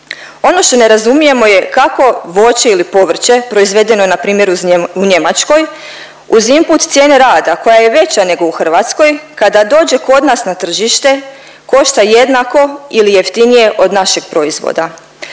Ono što ne razumijemo je kako voće ili povrće proizvedeno npr. u Njemačkoj uz input cijene rada koja je veća nego u Hrvatskoj kada dođe kod nas na tržište košta jednako ili jeftinije od našeg proizvoda.